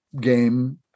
game